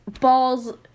balls